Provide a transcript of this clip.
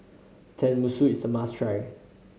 tenmusu is a must try